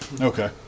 Okay